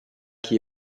qui